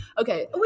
Okay